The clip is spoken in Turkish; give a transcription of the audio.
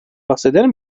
bahseder